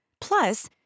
Plus